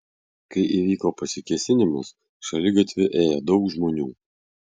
kai įvyko pasikėsinimas šaligatviu ėjo daug žmonių